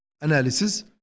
analysis